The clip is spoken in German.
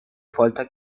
folter